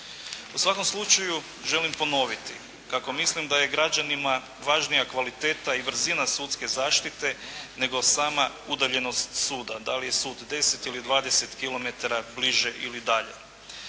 U svakom slučaju želim ponoviti kako mislim da je građanima važnija kvaliteta i brzina sudske zaštite, nego sama udaljenost suda, da li je sud 10 ili 20 kilometara bliže ili dalje.